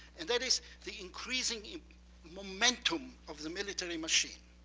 and that is the increasing momentum of the military machine.